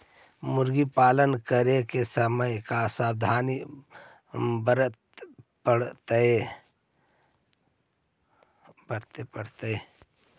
मुर्गी पालन करे के समय का सावधानी वर्तें पड़तई?